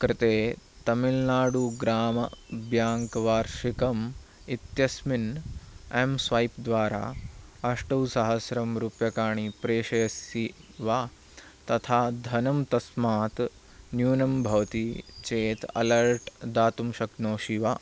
कृते तमिल् नाडु ग्राम ब्याङ्क् वार्षिकम् इत्यस्मिन् एम् स्वाइप् द्वारा अष्टौसहस्रं रूप्यकाणि प्रेषयसि वा तथा धनं तस्मात् न्यूनं भवति चेत् अलर्ट् दातुं शक्नोषि वा